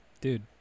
Dude